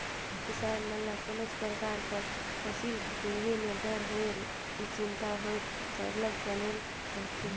किसान मन ल कोनोच परकार कर फसिल लेहे में डर होए कि चिंता होए सरलग बनले रहथे